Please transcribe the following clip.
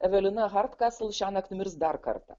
evelina hardkasl šiąnakt mirs dar kartą